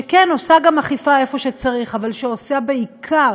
שכן עושה גם אכיפה איפה שצריך, אבל שעושה בעיקר